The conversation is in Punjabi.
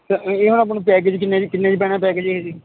ਇਹ ਆਪਾਂ ਨੂੰ ਪੈਕੇਜ ਕਿੰਨੇ 'ਚ ਕਿੰਨੇ 'ਚ ਪੈਣਾ ਪੈਕੇਜ ਇਹ ਜੀ